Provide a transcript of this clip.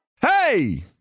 Hey